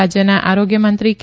રાજ્યના આરોગ્યમંત્રી કે